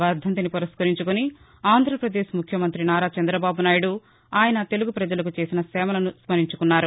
వర్దంతిని పురస్కరించుకుని ఆంధ్రపదేశ్ ముఖ్యమంత్రి నారా చంద్రబాబు నాయుడు ఆయన తెలుగు ప్రజలకు చేసిన సేవలను స్నరించుకున్నారు